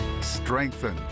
strengthen